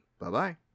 Bye-bye